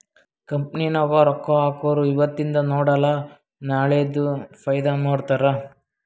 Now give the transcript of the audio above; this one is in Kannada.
ಕಂಪನಿ ನಾಗ್ ರೊಕ್ಕಾ ಹಾಕೊರು ಇವತಿಂದ್ ನೋಡಲ ನಾಳೆದು ಫೈದಾ ನೋಡ್ತಾರ್